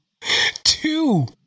two